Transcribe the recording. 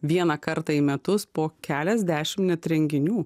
vieną kartą į metus po keliasdešimt net renginių